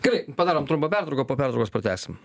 gerai padarom trumpą pertrauką po pertraukos pratęsim